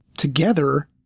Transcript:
Together